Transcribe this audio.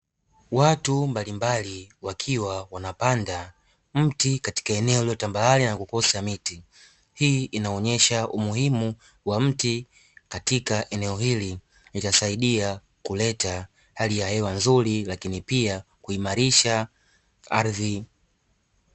Watu mbalimbali wakiwa wanapanda mti katika eneo lililo tambarare na kukosa miti. Hii inaonesha umuhimu wa mti katika eneo hili litasaidia kuleta hali ya hewa nzuri, lakini pia kuimarisha ardhi.